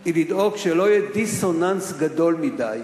היא לדאוג שלא יהיה דיסוננס גדול מדי,